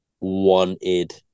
wanted